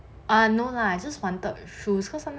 ah no lah I just wanted shoes cause sometimes